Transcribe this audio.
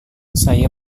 saya